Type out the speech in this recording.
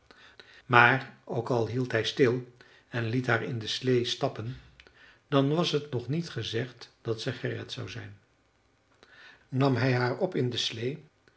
maar ook al hield hij stil en liet haar in de slee stappen dan was t nog niet gezegd dat ze gered zou zijn nam hij haar op in de